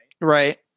Right